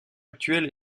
actuel